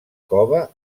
cova